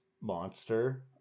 monster